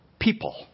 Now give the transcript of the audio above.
people